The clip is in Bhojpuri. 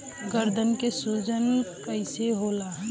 गर्दन के सूजन कईसे होला?